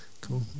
Cool